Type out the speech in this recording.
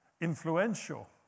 influential